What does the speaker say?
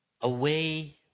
away